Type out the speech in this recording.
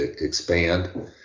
expand